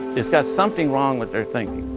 has got something wrong with their thinking.